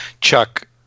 Chuck